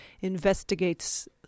investigates